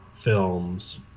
films